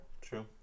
True